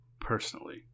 personally